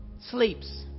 sleeps